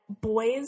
boys